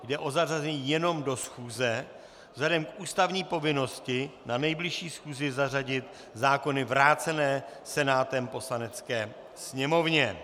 Jde jenom o zařazení do schůze vzhledem k ústavní povinnosti na nejbližší schůzi zařadit zákony vrácené Senátem Poslanecké sněmovně.